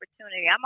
opportunity